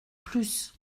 plus